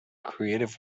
creative